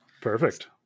Perfect